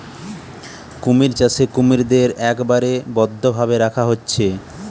কুমির চাষে কুমিরদের একবারে বদ্ধ ভাবে রাখা হচ্ছে